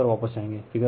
उसी पर वापस जाएँगे